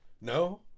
No